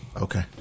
Okay